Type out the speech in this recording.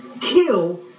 kill